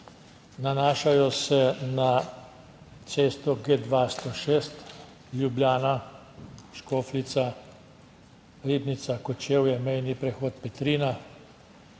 Nanašajo se na cesto G 2 106 Ljubljana Škofljica, Ribnica, Kočevje, mejni prehod Petrina.